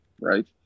right